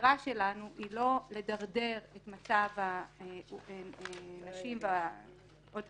המטרה שלנו היא לא לדרדר את מצב הנשים באוכלוסיות